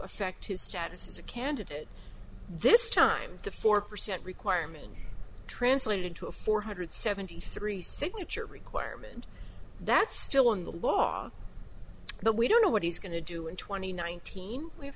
affect his status as a candidate this time the four percent requirement translated into a four hundred seventy three signature requirement that's still in the law but we don't know what he's going to do in twenty nineteen we have